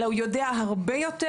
אלא הוא יודע הרבה יותר,